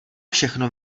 všechno